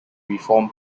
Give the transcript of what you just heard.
reform